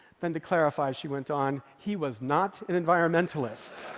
then to clarify, she went on, he was not an environmentalist.